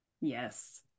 Yes